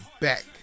back